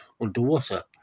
underwater